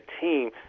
team